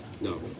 no